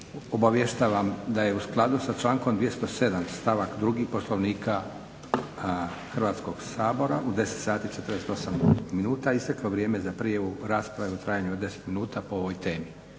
obavještavam da je u skladu sa člankom 207. stavak drugi Poslovnika Hrvatskog sabora u 10 sati i 48 minuta isteklo vrijeme za prijavu rasprave u trajanju od 10 minuta po ovoj temi.